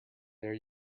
there